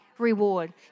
reward